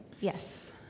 Yes